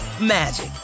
magic